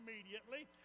immediately